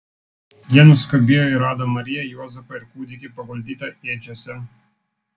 jie nuskubėjo ir rado mariją juozapą ir kūdikį paguldytą ėdžiose